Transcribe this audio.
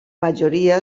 majoria